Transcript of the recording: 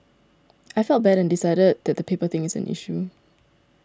I felt bad and decided that the paper thing is an issue